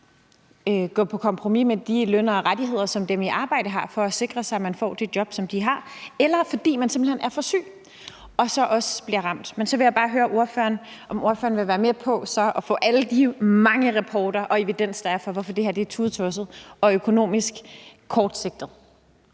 gå på kompromis med den løn og de rettigheder, som dem i arbejde har, for at sikre sig, at man får det job, som de har, eller fordi man simpelt hen er for syg og så også bliver ramt. Så vil jeg bare høre ordføreren, om ordføreren vil være med på så at få alle de mange rapporter og al den evidens, der er, for, hvorfor det her er tudetosset og økonomisk kortsigtet.